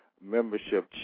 membership